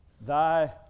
Thy